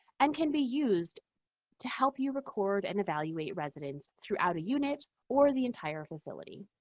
and can be used to help you record and evaluate residents throughout a unit or the entire facility.